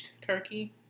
turkey